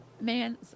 Man